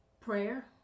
Prayer